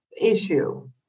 issue